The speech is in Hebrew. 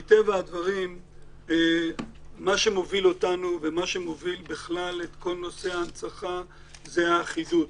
מה שמוביל אותנו ומוביל בכלל את כל נושא ההנצחה זה האחידות.